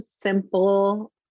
simple